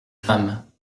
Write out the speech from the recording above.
femmes